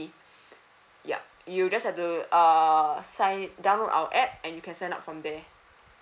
yup you just have to uh download our app and you can sign up from there